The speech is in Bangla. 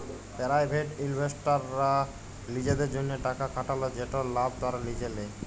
পেরাইভেট ইলভেস্টাররা লিজেদের জ্যনহে টাকা খাটাল যেটর লাভ তারা লিজে লেই